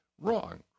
wrong